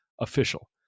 official